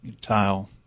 tile